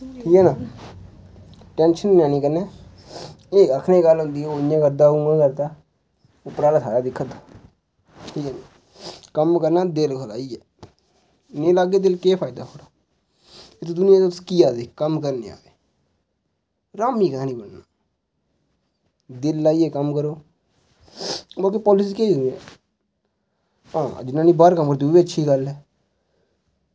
ठीक ऐ ना टैंशन नी लैनी कन्नै एह् आक्खने गल्ल होंदी हून इयां करदा हून उआं करदा उप्पर आह्ला सारा दिक्खा दा ठीक ऐ कम्म करना दिल लाइयै इयां लाह्गे दिल केह् फायदा इस दुनियां च तुस कीद् आ दे कम्म करने आ दे हरामीं कदैं सनी बनना दिल लाइयै कम्म करो मतलव पोलटिक्स केह् करनी ऐ हां जिनैं जिनैं बाह्र कम्म कीते ओह् बी अच्छी गल्ल ऐ